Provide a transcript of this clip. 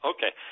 Okay